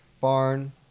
barn